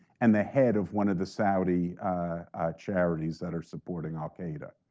and the head of one of the saudi charities that are supporting al-qaeda.